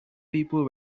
people